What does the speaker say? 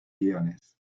guiones